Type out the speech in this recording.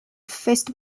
faced